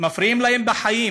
מפריעים להם בחיים,